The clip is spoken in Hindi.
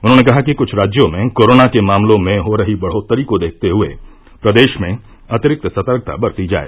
उन्होंने कहा कि कुछ राज्यों में कोरोना के मामलों में हो रही बढ़ोत्तरी को देखते हुए प्रदेश में अतिरिक्त सतर्कता बरती जाय